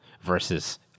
versus